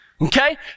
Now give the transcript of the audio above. okay